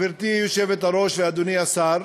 גברתי היושבת-ראש ואדוני השר,